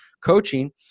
coaching